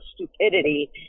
stupidity